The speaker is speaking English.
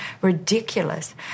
Ridiculous